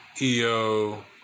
EO